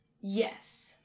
Yes